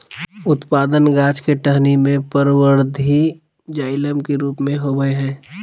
उत्पादन गाछ के टहनी में परवर्धी जाइलम के रूप में होबय हइ